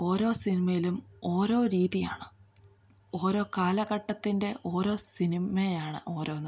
ഓരോ സിനിമയിലും ഓരോ രീതിയാണ് ഓരോ കാലഘട്ടത്തിൻ്റെ ഓരോ സിനിമയാണ് ഓരോന്ന്